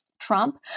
Trump